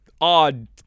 odd